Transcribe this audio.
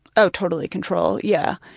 oh totally, control, yeah.